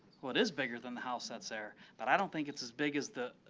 well, it is bigger than the house that's there. but i don't think it's as big as the